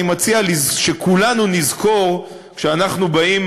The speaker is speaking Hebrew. אני מציע שכולנו נזכור כשאנחנו באים